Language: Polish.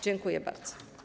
Dziękuję bardzo.